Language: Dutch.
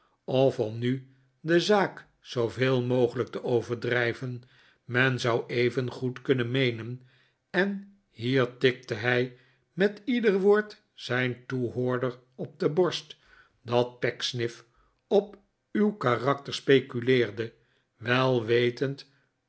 of om nu de zaak zooveel mogelijk te overdrijven men zou evengoed kunnen meenen en hier tikte hij met ieder woord zijn toehoorder op de borst dat pecksniff op uw karakter speculeerde wel wetend